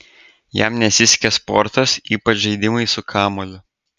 jam nesisekė sportas ypač žaidimai su kamuoliu